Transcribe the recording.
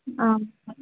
ఆ